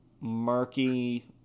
murky